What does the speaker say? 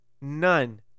None